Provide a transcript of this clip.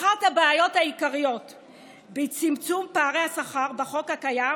אחת הבעיות העיקריות בצמצום פערי השכר בחוק הקיים